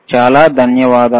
చాలా ధన్యవాదాలు